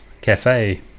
cafe